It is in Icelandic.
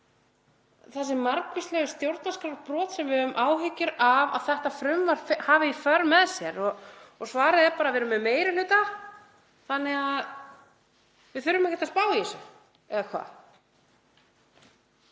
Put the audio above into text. þessi margvíslegu stjórnarskrárbrot sem við höfum áhyggjur af að þetta frumvarp hafi í för með sér. Svarið er bara: Við erum í meiri hluta þannig að við þurfum ekkert að pæla í þessu — eða hvað?